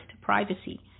privacy